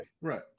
Right